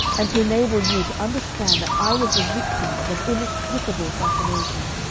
and to enable you to understand that i was the victim of an inexplicable fascination.